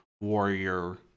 Warrior